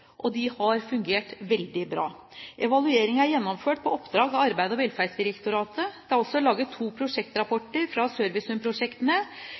og de har fungert veldig bra. Evalueringen er gjennomført på oppdrag fra Arbeids- og velferdsdirektoratet. Det er også laget to